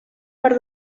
per